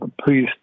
please